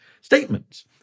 statements